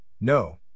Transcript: No